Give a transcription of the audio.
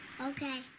Okay